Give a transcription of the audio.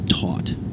taught